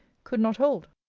could not hold.